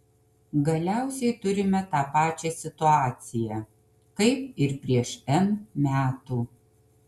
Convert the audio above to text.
galiausiai turime tą pačią situaciją kaip ir prieš n metų